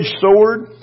sword